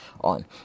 on